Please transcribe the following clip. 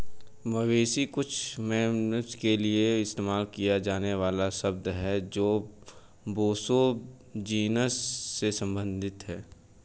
मवेशी कुछ मैमल्स के लिए इस्तेमाल किया जाने वाला शब्द है जो बोसो जीनस से संबंधित हैं